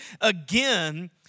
again